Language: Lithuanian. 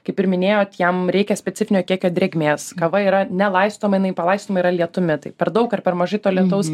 kaip ir minėjot jam reikia specifinio kiekio drėgmės kava yra nelaistoma jinai palaistoma yra lietumi tai per daug ar per mažai to lietaus